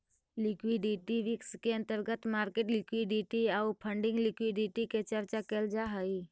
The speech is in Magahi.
लिक्विडिटी रिस्क के अंतर्गत मार्केट लिक्विडिटी आउ फंडिंग लिक्विडिटी के चर्चा कैल जा हई